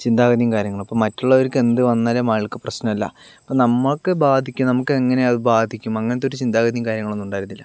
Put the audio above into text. ചിന്താഗതിയും കാര്യങ്ങളും അപ്പോൾ മറ്റുള്ളവർക്ക് എന്ത് വന്നാലും ആൾക്ക് പ്രശ്നമല്ല ഇപ്പോൾ നമുക്ക് ബാധിക്കണ നമുക്കെങ്ങനെ അത് ബാധിക്കും അങ്ങനത്തെ ഒരു ചിന്താഗതിയും കാര്യങ്ങളൊന്നും ഉണ്ടായിരുന്നില്ല